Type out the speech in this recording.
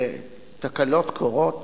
ותקלות קורות.